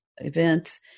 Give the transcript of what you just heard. events